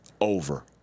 over